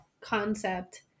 concept